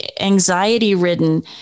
anxiety-ridden